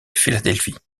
philadelphie